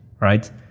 right